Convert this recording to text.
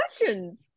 questions